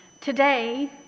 Today